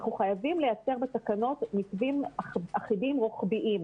אנחנו חייבים לייצר בתקנות מתווים אחידים רוחביים.